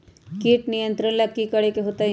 किट नियंत्रण ला कि करे के होतइ?